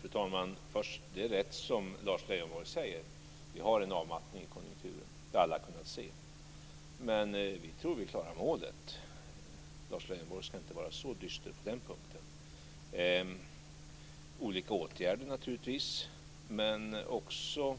Fru talman! Det är rätt som Lars Leijonborg säger - vi har en avmattning i konjunkturen; det har alla kunnat se. Vi tror dock att vi klarar målet, så Lars Leijonborg ska inte vara så dyster på den punkten - genom olika åtgärder naturligtvis. Men det är också